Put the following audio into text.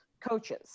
coaches